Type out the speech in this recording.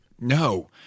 No